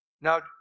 Now